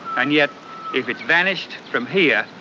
and yet if it's vanished from here,